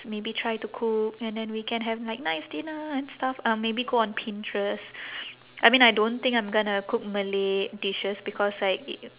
maybe try to cook and then we can have like nice dinner and stuff uh maybe go on pinterest I mean I don't think I'm gonna cook malay dishes because like i~